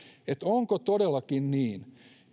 onko todellakin niin